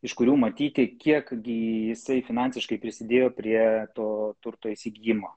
iš kurių matyti kiek gi jisai finansiškai prisidėjo prie to turto įsigijimo